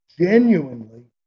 Genuinely